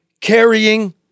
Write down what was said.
carrying